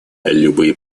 любые